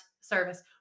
service